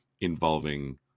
involving